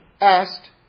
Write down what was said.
asked